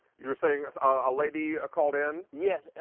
you were saying a lady called in? yes,